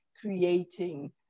creating